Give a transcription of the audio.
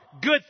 good